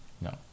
No